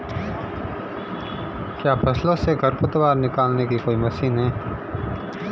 क्या फसलों से खरपतवार निकालने की कोई मशीन है?